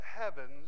heavens